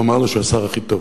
הוא אמר לו שהוא השר הכי טוב,